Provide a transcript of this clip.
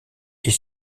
est